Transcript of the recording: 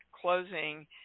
closing